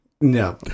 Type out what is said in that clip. no